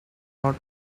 not